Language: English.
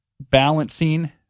balancing